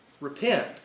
repent